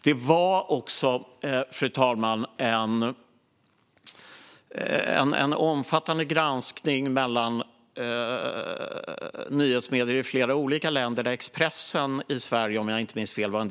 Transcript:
Det kom också, fru talman, en omfattande granskning från nyhetsmedier i flera olika länder. Om jag inte minns fel var Expressen i Sverige en del av detta.